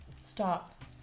stop